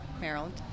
Maryland